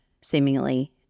seemingly